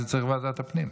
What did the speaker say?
אז צריך את ועדת הפנים.